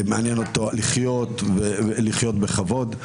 מעניין אותם לחיות ולחיות בכבוד.